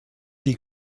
die